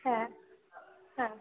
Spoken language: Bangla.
হ্যাঁ হ্যাঁ